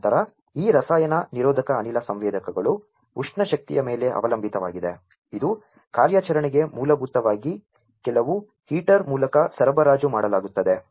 ತದನಂತರ ಈ ರಸಾಯನ ನಿರೋಧಕ ಅನಿಲ ಸಂವೇದಕಗಳು ಉಷ್ಣ ಶಕ್ತಿಯ ಮೇಲೆ ಅವಲಂಬಿತವಾಗಿದೆ ಇದು ಕಾರ್ಯಾಚರಣೆಗೆ ಮೂಲಭೂತವಾಗಿ ಕೆಲವು ಹೀಟರ್ ಮೂಲಕ ಸರಬರಾಜು ಮಾಡಲಾಗುತ್ತದೆ